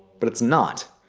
but it's not.